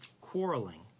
quarreling